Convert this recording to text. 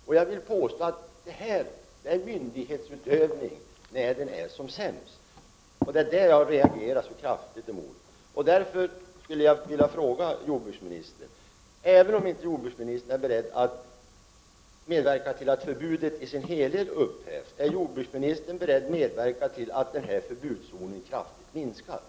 Det här är ett exempel på myndighetsutövning när denna är som sämst. Jag reagerar alltså kraftigt mot detta. Jag vill fråga: Är jordbruksministern, även om han kanske inte är beredd att medverka till att förbudet i dess helhet upphävs, kanske beredd att se till att förbudszoner kraftigt minskas?